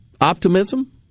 optimism